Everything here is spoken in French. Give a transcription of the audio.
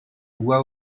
bois